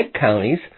counties